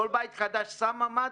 כל בית חדש שם ממ"ד.